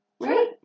Right